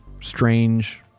strange